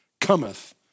cometh